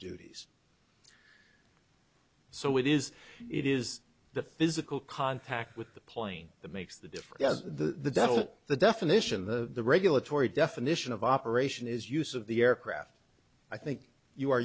duties so it is it is the physical contact with the plane that makes the difference as the devil the definition of the regulatory definition of operation is use of the aircraft i think you are